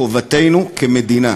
חובתנו כמדינה,